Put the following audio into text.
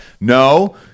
no